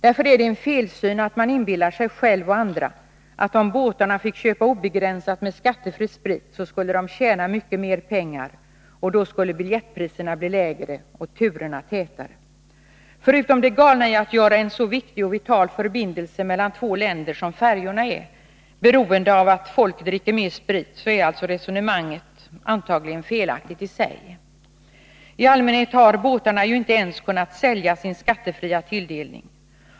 Därför är det en felsyn om man tror att båtarna, om de fick köpa obegränsat med skattefri sprit, skulle tjäna mycket mera pengar och att biljettpriserna då skulle bli lägre och turerna tätare. Förutom det galna i att göra en så viktig och vital förbindelse mellan två länder som färjorna beroende av att folk dricker mera sprit är resonemanget i sig antagligen felaktigt. I allmänhet har båtarna ju inte ens kunnat sälja sin skattefria tilldelning.